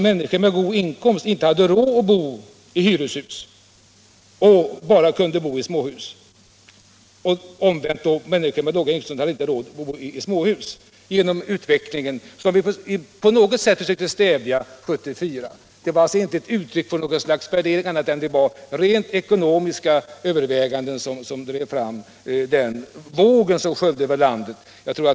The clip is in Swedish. Människor med god inkomst hade inte råd att bo i hyreshus utan kunde bara bo i småhus som de ägde. Omvänt hade människor med låga inkomster inte råd att bo i småhus. Vi försökte på något sätt stävja utvecklingen 1974. Det var rent ekonomiska överväganden som drev fram den våg som sköljde över landet.